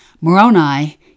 Moroni